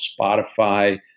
Spotify